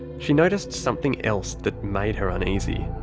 she noticed something else that made her uneasy.